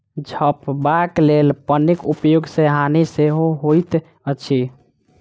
झपबाक लेल पन्नीक उपयोग सॅ हानि सेहो होइत अछि